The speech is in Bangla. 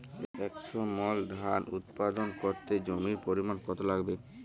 একশো মন ধান উৎপাদন করতে জমির পরিমাণ কত লাগবে?